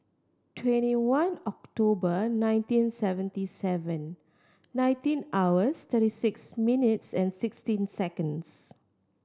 twenty one October nineteen seventy seven nineteen hours thirty six minutes and sixteen seconds